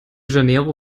janeiro